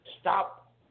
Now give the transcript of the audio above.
stop